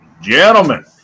Gentlemen